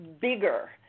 bigger